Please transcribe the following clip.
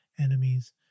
enemies